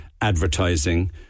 advertising